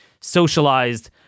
socialized